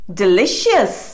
delicious